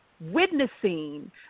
witnessing